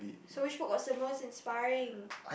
so which book was the most inspiring